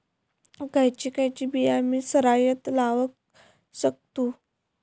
खयची खयची बिया आम्ही सरायत लावक शकतु?